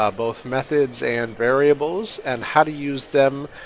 ah both methods and variables, and how to use them,